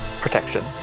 protection